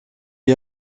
est